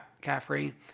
Caffrey